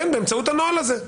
כן, באמצעות הנוהל הזה.